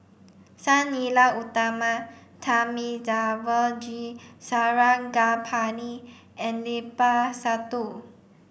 Sang Nila Utama Thamizhavel G Sarangapani and Limat Sabtu